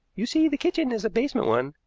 you see, the kitchen is a basement one,